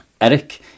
Eric